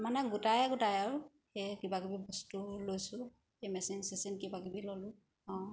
মানে গোটাই গোটাই আৰু সেই কিবাকিবি বস্তু লৈছোঁ সেই মেচিন চেচিন কিবাকিবি ল'লোঁ আৰু